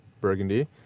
Burgundy